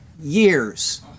years